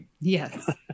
Yes